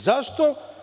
Zašto?